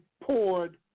poured